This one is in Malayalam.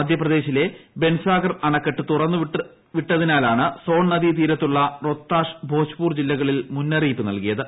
മധ്യപ്രദേശിലെ ബൻസാഗർ അണക്കെട്ട് തുറന്ന് വിട്ടതിനാലാണ് സോൺ നദീ തീരത്തുള്ള റൊത്താഷ് ഭോജ്പൂർ ജില്ലകളിൽ മുന്നറിയിപ്പ് നൽകിയത്